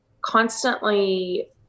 constantly